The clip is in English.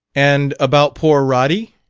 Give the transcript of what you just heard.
and about poor roddy?